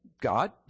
God